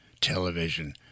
television